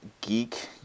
Geek